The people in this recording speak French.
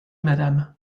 madame